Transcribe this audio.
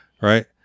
Right